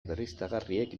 berriztagarriek